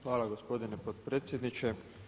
Hvala gospodine potpredsjedniče.